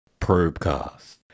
Probecast